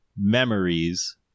memories